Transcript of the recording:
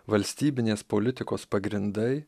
valstybinės politikos pagrindai